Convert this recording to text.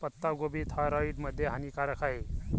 पत्ताकोबी थायरॉईड मध्ये हानिकारक आहे